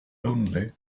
only